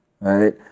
right